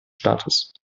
staates